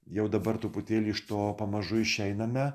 jau dabar truputėlį iš to pamažu išeiname